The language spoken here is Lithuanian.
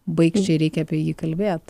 baikščiai reikia apie jį kalbėt